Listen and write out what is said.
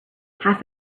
half